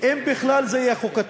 אם בכלל זה יהיה חוקתי.